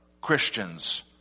Christians